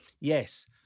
Yes